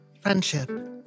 Friendship